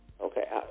okay